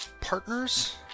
partners